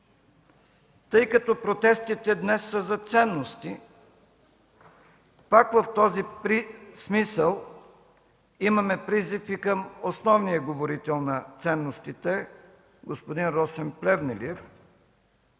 Тъй като протестите днес са за ценности, пак в този смисъл имаме призив и към основния говорител на ценностите – господин Росен Плевнелиев,